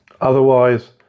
Otherwise